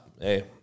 Hey